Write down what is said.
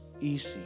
easy